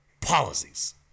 policies